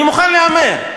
אני מוכן להמר.